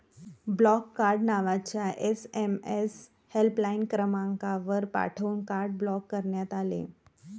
block card नावाचा SMS helpline क्रमांकावर पाठवून कार्ड ब्लॉक करण्यात आले